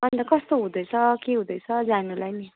अन्त कस्तो हुँदैछ के हुँदैछ जान्नलाई नि